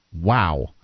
Wow